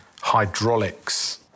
hydraulics